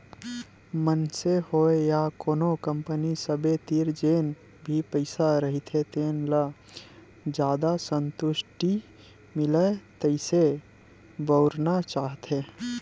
मनसे होय या कोनो कंपनी सबे तीर जेन भी पइसा रहिथे तेन ल जादा संतुस्टि मिलय तइसे बउरना चाहथे